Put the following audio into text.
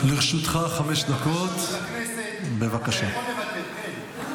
אתה יכול לפנות לחשב הכנסת, אתה יכול לוותר, כן.